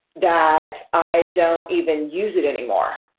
that i don't even use it anymore.